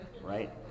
right